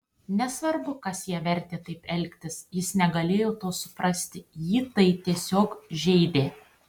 nesvarbu kas ją vertė taip elgtis jis negalėjo to suprasti jį tai tiesiog žeidė